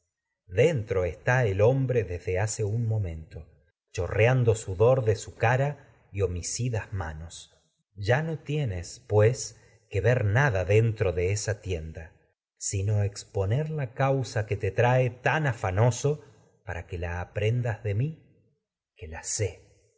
está el hombre huellas dentro desde hace un momento manos chorreando no sudor de su cara y ho micidas ya tienes pues que ver nada den tro de esa tienda sino exponer la causa que te trae tan que afanoso para la aprendas de mi que